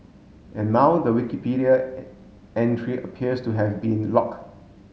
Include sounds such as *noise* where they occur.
and now the Wikipedia *hesitation* entry appears to have been lock